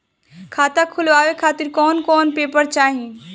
खाता खुलवाए खातिर कौन कौन पेपर चाहीं?